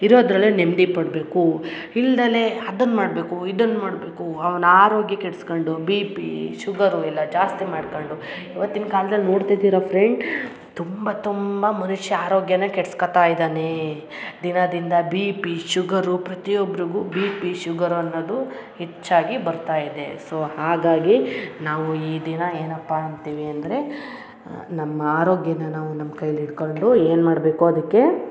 ಇರೋದರಲ್ಲೇ ನೆಮ್ಮದಿ ಪಡಬೇಕು ಇಲ್ಲದಲೇ ಅದನ್ನು ಮಾಡಬೇಕು ಇದನ್ನು ಮಾಡಬೇಕು ಅವ್ನ ಆರೋಗ್ಯ ಕೆಡ್ಸ್ಕೊಂಡು ಬಿ ಪಿ ಶುಗರು ಎಲ್ಲ ಜಾಸ್ತಿ ಮಾಡ್ಕೊಂಡು ಇವತ್ತಿನ ಕಾಲ್ದಲ್ಲಿ ನೋಡ್ತಿದೀರಾ ಫ್ರೆಂಡ್ ತುಂಬ ತುಂಬ ಮನುಷ್ಯ ಆರೋಗ್ಯನ ಕೆಡ್ಸ್ಕೊತಾ ಇದ್ದಾನೆ ದಿನದಿಂದ ಬಿ ಪಿ ಶುಗರು ಪ್ರತಿ ಒಬ್ರಿಗೂ ಬಿ ಪಿ ಶುಗರು ಅನ್ನೋದು ಹೆಚ್ಚಾಗಿ ಬರ್ತಾ ಇದೆ ಸೋ ಹಾಗಾಗಿ ನಾವು ಈ ದಿನ ಏನಪ್ಪ ಅಂತೀವಿ ಅಂದರೆ ನಮ್ಮ ಆರೋಗ್ಯನ ನಾವು ನಮ್ಮ ಕೈಲಿ ಇಟ್ಕಂಡು ಏನು ಮಾಡಬೇಕು ಅದಕ್ಕೆ